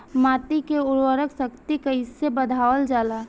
माटी के उर्वता शक्ति कइसे बढ़ावल जाला?